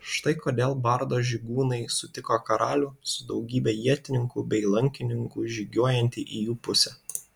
štai kodėl bardo žygūnai sutiko karalių su daugybe ietininkų bei lankininkų žygiuojantį į jų pusę